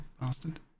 bastard